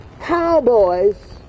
Cowboys